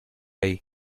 ahí